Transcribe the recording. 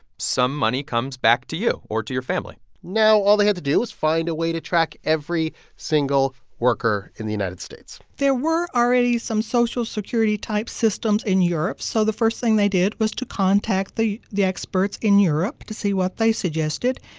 some money comes back to you or to your family now all they had to do was find a way to track every single worker in the united states there were already some social security-type systems in europe, so the first thing they did was to contact the the experts in europe to see what they suggested.